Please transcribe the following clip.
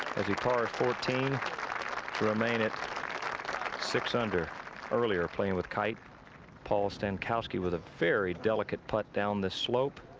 fourteen remain at six under earlier playing with kite paul stankowski with a very delicate put down the slope.